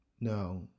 No